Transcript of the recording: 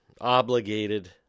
obligated